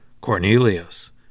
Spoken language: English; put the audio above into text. Cornelius